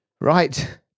Right